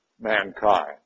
mankind